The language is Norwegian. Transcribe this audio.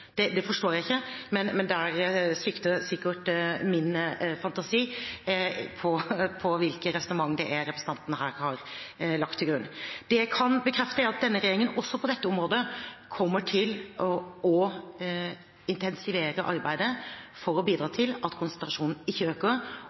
Det forstår jeg ikke, men der svikter sikkert min fantasi på hvilke resonnementer representanten her har lagt til grunn. Det jeg kan bekrefte, er at denne regjeringen også på dette området kommer til å intensivere arbeidet for å bidra til at konsentrasjonen ikke øker,